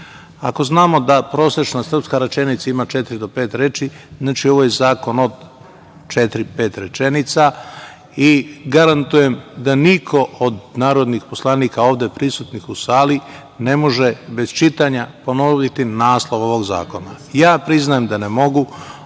Ako znamo da prosečna srpska rečenica ima četiri do pet reči, znači ovo je zakon od četiri, pet rečenica i garantujem da niko od narodnih poslanika ovde prisutnih u sali ne može bez čitanja ponoviti naslov ovog zakona. Ja priznajem da ne mogu,